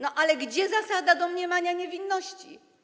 No ale gdzie zasada domniemania niewinności?